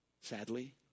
Sadly